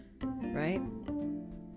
right